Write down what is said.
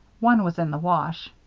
one was in the wash.